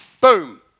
boom